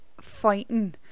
fighting